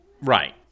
Right